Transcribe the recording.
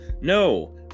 No